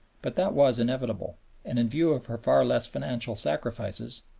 but that was inevitable and, in view of her far less financial sacrifices,